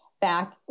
Back